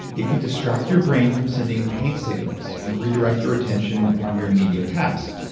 it can distract your brain from sending pain signals, and redirect your attention on your immediate task,